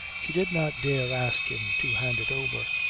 she did not dare ask him to hand it over.